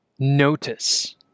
Notice